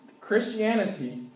Christianity